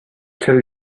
tell